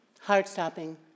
heart-stopping